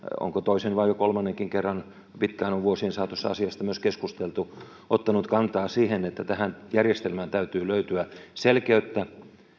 onko toisen vai jo kolmannenkin kerran pitkään on vuosien saatossa asiasta myös keskusteltu ottanut kantaa siihen että tähän järjestelmään täytyy löytyä selkeyttä